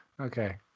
Okay